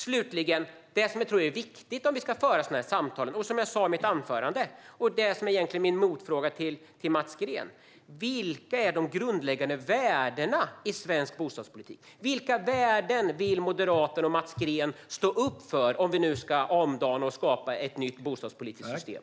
Slutligen: Det som jag tror är viktigt om vi ska föra bostadspolitiska samtal, vilket jag sa i mitt anförande och som egentligen är min motfråga till Mats Green, är: Vilka värden vill Moderaterna och Mats Green stå upp för om vi nu ska omdana och skapa ett nytt bostadspolitiskt system?